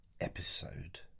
episode